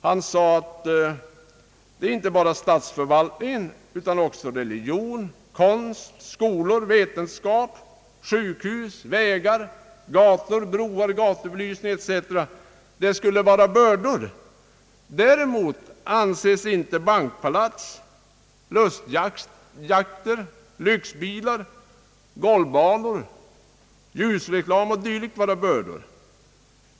Han påpekade att som bördor betraktas inte bara statsförvaltningen utan också religion, konst, skolor, vetenskap, sjukhus, vägar, gator, broar, gatubelysning etc., medan däremot inte bankpalats, lustjakter, lyxbilar, golfbanor, ljusreklam o. d. anses vara bördor.